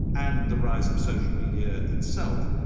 and the rise of social media itself,